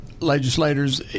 legislators